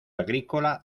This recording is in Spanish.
agrícola